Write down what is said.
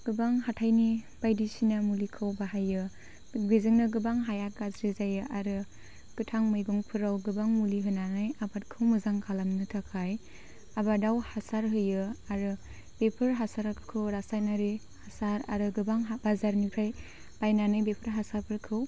गोबां हाथायनि बायदिसिना मुलिखौ बाहायो बेजोंनो गोबां हाया गाज्रि जायो आरो गोथां मैगंफोराव गोबां मुलि होनानै आबादखौ मोजां खालामनो थाखाय आबादाव हासार होयो आरो बेफोर हासारखौ रासायनारि हासार आरो गोबां बाजारनिफ्राय बायनानै बेफोर हासारफोरखौ